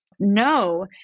no